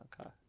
Okay